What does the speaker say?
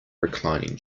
reclining